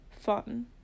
fun